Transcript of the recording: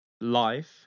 Life